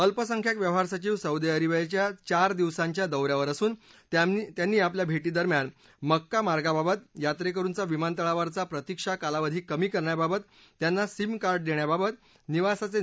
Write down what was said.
अल्पसंख्याक व्यवहार सचिव सौदी अरेबियाच्या चार दिवसांच्या दौऱ्यावर असून त्यांनी आपल्या भेटीदरम्यान मक्का मार्गाबाबत यात्रेकरूंचा विमानतळावरचा प्रतीक्षा कालावधी कमी करण्याबाबत त्यांना सिम कार्ड देण्याबाबत निवासाचे निकष आणि हज विसा प्रक्रियांबाबत चर्चा केली